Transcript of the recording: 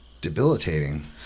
debilitating